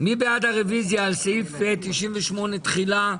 מי בעד קבלת הרוויזיה על סעיף 98, תחילה?